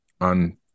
on